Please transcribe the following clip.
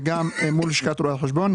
וגם מול לשכת רואי החשבון.